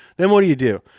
then what do you do?